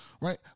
Right